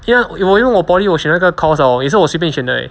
因为我用我 poly 我学那个 course hor 也是我随便选的 leh